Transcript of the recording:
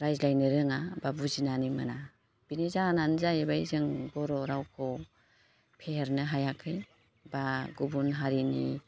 रायज्लायनो रोङा बा बुजिनानै मोना बेनि जाहोनानो जाहैबाय जों बर' रावखौ फेहेरनो हायाखै बा गुबुन हारिनि